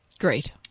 Great